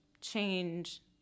change